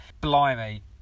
blimey